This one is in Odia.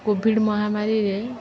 କୋଭିଡ଼୍ ମହାମାରୀରେ